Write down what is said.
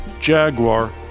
Jaguar